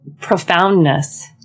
profoundness